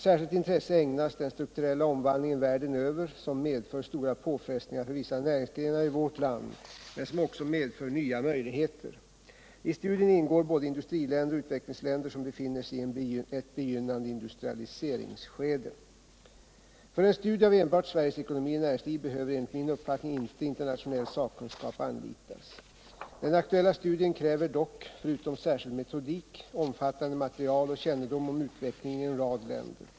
Särskilt intresse ägnas den strukturella omvandlingen världen över som medför stora påfrestningar för vissa näringsgrenar i vårt land men som också medför nya möjligheter. I studien ingår både industriländer och utvecklingsländer som befinner sig i ett begynnande industrialiseringsskede. För en studie av enbart Sveriges ekonomi och näringsliv behöver enligt min uppfattning inte internationell sakkunskap anlitas. Den aktuella studien kräver dock — förutom särskild metodik —- omfattande material och kännedom om utvecklingen i en rad länder.